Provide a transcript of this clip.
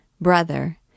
Brother